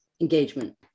engagement